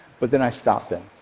but then i stopped them.